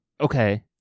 Okay